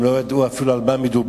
הם לא ידעו אפילו על מה מדובר.